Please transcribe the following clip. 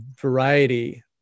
variety